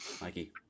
Mikey